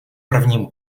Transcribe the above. prvním